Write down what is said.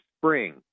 spring